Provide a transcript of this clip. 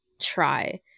try –